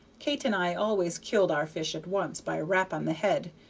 kate and i always killed our fish at once by a rap on the head,